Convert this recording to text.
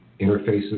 interfaces